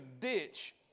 ditch